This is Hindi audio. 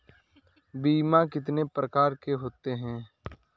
बीमा कितनी प्रकार के होते हैं?